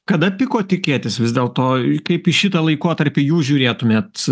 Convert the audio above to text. kada piko tikėtis vis dėl to kaip į šitą laikotarpį jūs žiūrėtumėt